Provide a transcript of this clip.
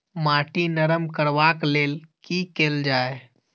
माटि नरम करबाक लेल की केल जाय?